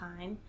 time